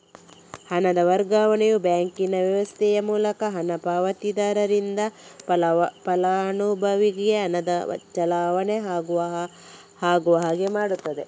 ಹಣದ ವರ್ಗಾವಣೆಯು ಬ್ಯಾಂಕಿಂಗ್ ವ್ಯವಸ್ಥೆಯ ಮೂಲಕ ಹಣ ಪಾವತಿದಾರರಿಂದ ಫಲಾನುಭವಿಗೆ ಹಣದ ಚಲಾವಣೆ ಆಗುವ ಹಾಗೆ ಮಾಡ್ತದೆ